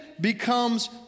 becomes